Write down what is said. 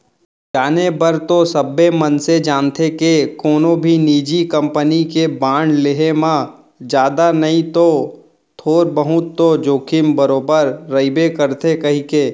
जाने बर तो सबे मनसे जानथें के कोनो भी निजी कंपनी के बांड लेहे म जादा नई तौ थोर बहुत तो जोखिम बरोबर रइबे करथे कइके